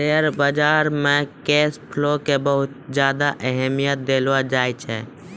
share बाजार मे cash flow के बहुत ज्यादा अहमियत देलो जाए छै